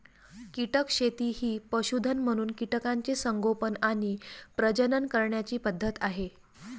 कीटक शेती ही पशुधन म्हणून कीटकांचे संगोपन आणि प्रजनन करण्याची पद्धत आहे